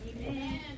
Amen